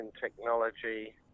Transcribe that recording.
technology